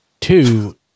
Two